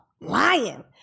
Lying